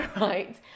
right